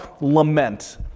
lament